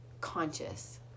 conscious